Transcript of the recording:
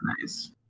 nice